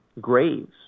graves